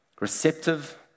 receptive